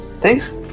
thanks